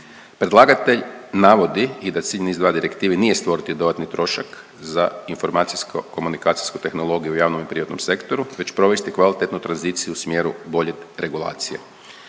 Predlagatelj navodi i da cilj NIS2 direktive nije stvoriti dodatni trošak za informacijsko komunikacijsku tehnologiju u javnom i privatnom sektoru već provesti kvalitetnu tranziciju u smjeru bolje regulacije.